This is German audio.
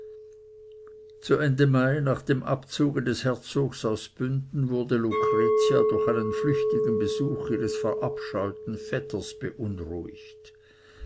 zu ende mai nach dem abzuge des herzogs aus bünden wurde lucretia durch einen flüchtigen besuch ihres verabscheuten vetters beunruhigt